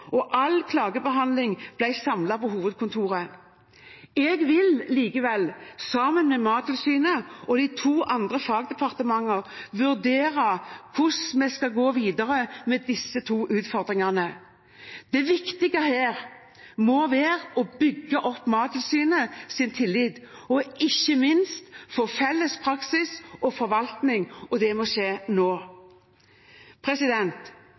og all klagebehandling ble samlet på hovedkontoret. Jeg vil likevel, sammen med Mattilsynet og de to andre fagdepartementene, vurdere hvordan vi skal gå videre med disse to utfordringene. Det viktige her må være å bygge opp Mattilsynets tillit og ikke minst få en felles praksis og forvaltning, og det må skje nå.